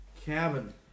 cabin